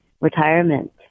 retirement